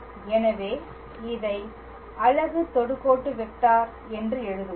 எனவே இதை அலகு தொடுகோட்டு வெக்டார் என்று எழுதுவோம்